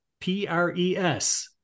P-R-E-S